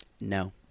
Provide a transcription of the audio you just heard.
No